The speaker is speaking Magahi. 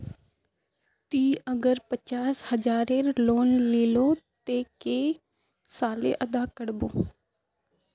ती अगर पचास हजारेर लोन लिलो ते कै साले अदा कर बो?